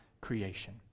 creation